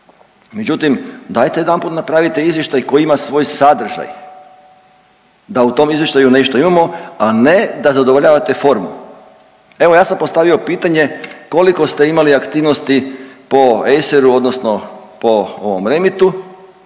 međutim dajte jedanput napravite izvještaj koji ima svoj sadržaj da u tom izvještaju nešto imamo, a ne da zadovoljavate formu. Evo ja sam postavio pitanje koliko ste imali aktivnosti po ESER-u odnosno po ovom REMET-u